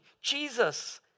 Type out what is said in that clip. Jesus